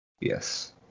Yes